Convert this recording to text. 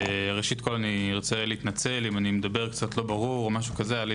ראשית אני מתנצל אם אני מדבר קצת לא ברור היה לי